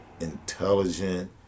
intelligent